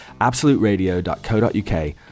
absoluteradio.co.uk